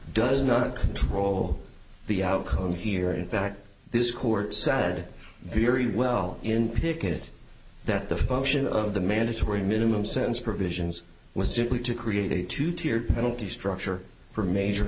does not control the outcome here in fact this court sad very well in picket that the function of the mandatory minimum sentence provisions was simply to create a two tiered penalty structure for major